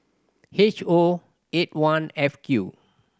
H O eight one F Q